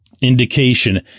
indication